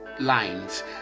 Lines